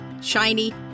shiny